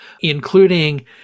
including